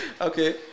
Okay